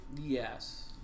yes